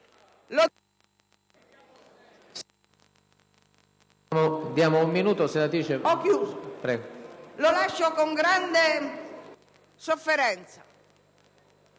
Lo lascio con grande sofferenza.